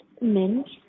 Mint